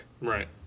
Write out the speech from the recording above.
Right